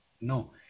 No